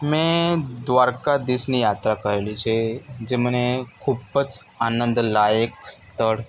મેં દ્વારકાધીશની યાત્રા કરેલી છે જે મને ખૂબ જ આનંદદાયક સ્થળ